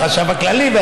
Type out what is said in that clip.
והחשב הכללי,